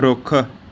ਰੁੱਖ